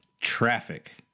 Traffic